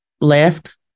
Left